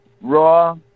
Raw